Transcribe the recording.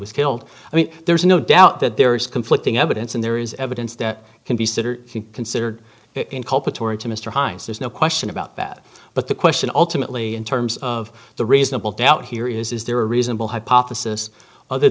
was killed i mean there's no doubt that there is conflicting evidence and there is evidence that can be considered inculpatory to mr heins there's no question about that but the question alternately in terms of the reasonable doubt here is is there a reasonable hypothesis other